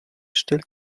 stellt